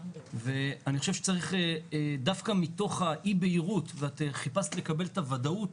אני חושב שצריך דווקא מתוך האי בהירות ואת חיפשת את הוודאות,